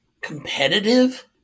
competitive